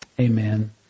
amen